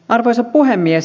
arvoisa puhemies